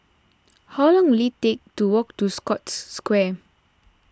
how long will it take to walk to Scotts Square